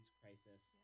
crisis